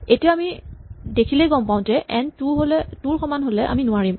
এতিয়া আমি দেখিলেই গম পাওঁ যে এন ২ ৰ সমান হ'লে আমি নোৱাৰিম